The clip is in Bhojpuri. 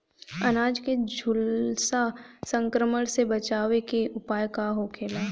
अनार के झुलसा संक्रमण से बचावे के उपाय का होखेला?